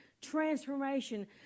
transformation